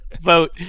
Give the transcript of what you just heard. vote